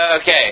Okay